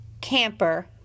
camper